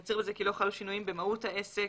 מצהיר בזה כי לא חלו שינויים במהות העסק,